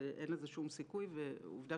אין לזה שום סיכוי, ועובדה